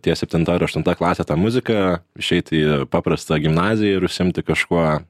ties septinta ar aštunta klase tą muziką išeiti į paprastą gimnaziją ir užsiimti kažkuo